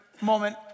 moment